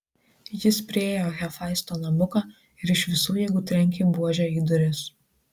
jis priėjo hefaisto namuką ir iš visų jėgų trenkė buože į duris